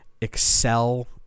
excel